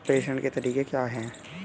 प्रेषण के तरीके क्या हैं?